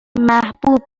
محبوب